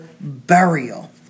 burial